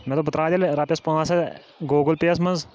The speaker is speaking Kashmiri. مےٚ دوٚپ بہٕ ترٛاوَے تیٚلہِ رۄپیَس پانٛژھ ہَتھ گوٗگٕل پے یَس منٛز